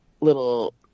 little